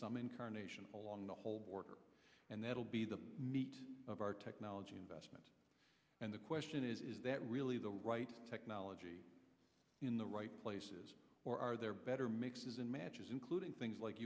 some incarnation along the whole border and that'll be the meat of our technology investment and the question is is that really the right technology in the right places or are there better mixes and matches including things like